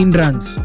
runs